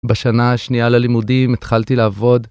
בשנה השנייה ללימודים התחלתי לעבוד.